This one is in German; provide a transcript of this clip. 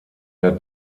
der